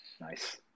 Nice